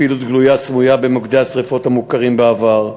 פעילות גלויה וסמויה במוקדי שרפות מוכרים מהעבר,